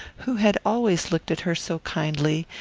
who had always looked at her so kindly,